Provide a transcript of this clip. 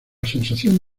sensación